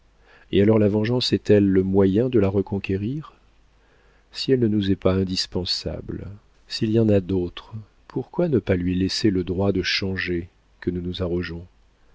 et alors la vengeance est-elle le moyen de la reconquérir si elle ne nous est pas indispensable s'il y en a d'autres pourquoi ne pas lui laisser le droit de changer que nous nous arrogeons